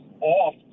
off